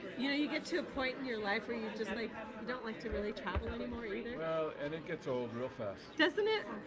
you know you get to a point in your life where you just like don't like to really travel anymore either. well and it gets old real fast. doesn't it?